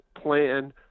plan